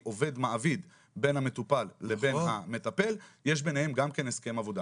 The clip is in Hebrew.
עובד-מעביד בין המטופל לבין המטפל יש ביניהם גם כן הסכם עבודה.